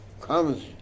comes